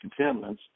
contaminants